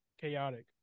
chaotic